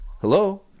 Hello